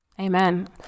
amen